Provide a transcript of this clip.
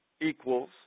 equals